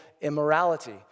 immorality